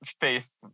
face